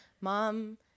Mom